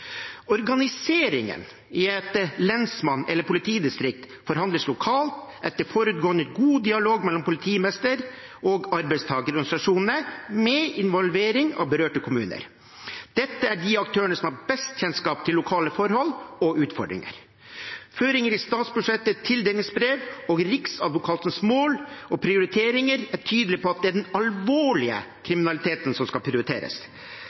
Organiseringen i et lensmanns- eller politidistrikt forhandles lokalt etter forutgående god dialog mellom politimester og arbeidstakerorganisasjoner, med involvering av berørte kommuner. Dette er de aktørene som har best kjennskap til lokale forhold og utfordringer. Føringer i statsbudsjettet, tildelingsbrev og Riksadvokatens mål og prioriteringer er tydelige på at det er den alvorlige kriminaliteten som skal prioriteres.